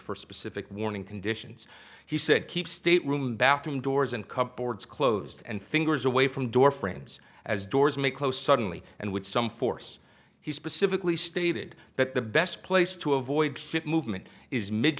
for specific warning conditions he said keep state room bathroom doors and cup boards closed and fingers away from door friends as doors may close suddenly and with some force he specifically stated that the best place to avoid movement is mid